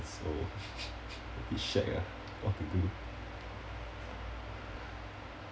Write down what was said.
so bit shag ah what to do